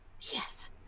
Yes